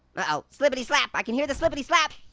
ah slippity slap. i can hear the slippity slap.